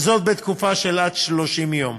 וזאת לתקופה של עד 30 יום.